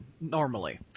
normally